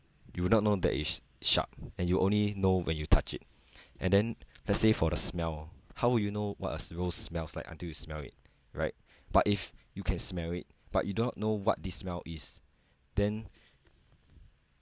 you will not know that it's sharp and you'll only know when you touch it and then let's say for the smell how would you know what a rose smells like until you smell it right but if you can smell it but you do not know what the smell is then